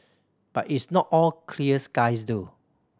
but it's not all clear skies though